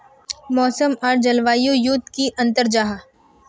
मौसम आर जलवायु युत की अंतर जाहा?